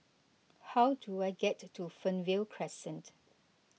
how do I get to Fernvale Crescent